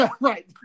right